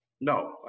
No